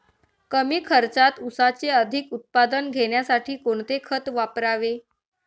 कमी खर्चात ऊसाचे अधिक उत्पादन घेण्यासाठी कोणते खत वापरावे?